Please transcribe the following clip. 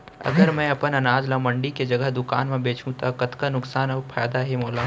अगर मैं अपन अनाज ला मंडी के जगह दुकान म बेचहूँ त कतका नुकसान अऊ फायदा हे मोला?